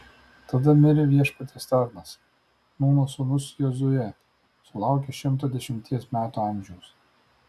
tada mirė viešpaties tarnas nūno sūnus jozuė sulaukęs šimto dešimties metų amžiaus